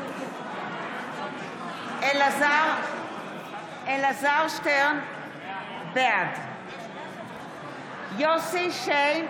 אלעזר שטרן, בעד יוסף שיין,